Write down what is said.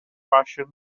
fashioned